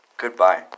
Goodbye